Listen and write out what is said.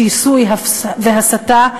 שיסוי והסתה,